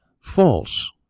False